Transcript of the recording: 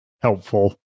helpful